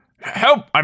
Help